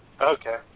Okay